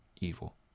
evil